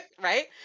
Right